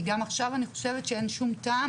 כי גם עכשיו אני חושבת שאין שום טעם,